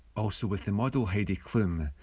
also with the model heidi klum,